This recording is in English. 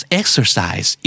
exercise